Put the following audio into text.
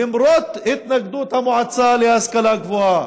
למרות ההתנגדות המועצה להשכלה גבוהה.